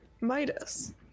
midas